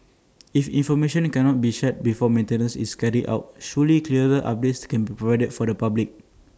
if information cannot be shared before maintenance is carried out surely clearer updates can be provided for the public